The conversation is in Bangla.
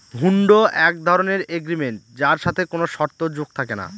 হুন্ড এক ধরনের এগ্রিমেন্ট যার সাথে কোনো শর্ত যোগ থাকে না